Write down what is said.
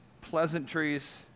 pleasantries